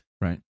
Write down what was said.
Right